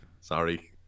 sorry